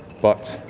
but